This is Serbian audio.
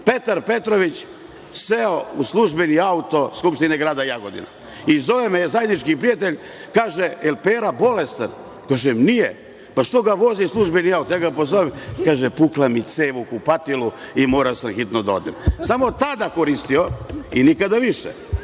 Petar Petrović seo je u službeni auto Skupštine grada Jagodina i zove me zajednički prijatelj i kaže – „jel Pera bolestan“, kažem – „nije“. „Pa što ga vozi službeni auto?“ Ja ga pozovem, a on kaže – „pukla mi cev u kupatilu i morao sam hitno da odem“. Samo je tada koristio i nikada više.